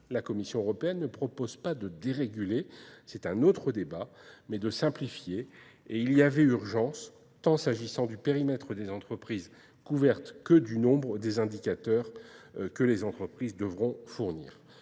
La Commission européenne ne propose pas de déréguler, c'est un autre débat, mais de simplifier et il y avait urgence tant s'agissant du périmètre des entreprises couvertes que du nombre des indicateurs que les entreprises devront fournir.